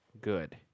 good